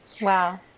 wow